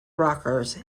rockers